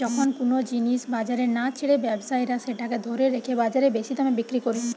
যখন কুনো জিনিস বাজারে না ছেড়ে ব্যবসায়ীরা সেটাকে ধরে রেখে বাজারে বেশি দামে বিক্রি কোরে